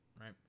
right